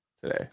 today